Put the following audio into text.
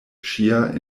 ŝia